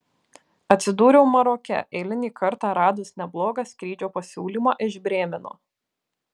atsidūriau maroke eilinį kartą radus neblogą skrydžio pasiūlymą iš brėmeno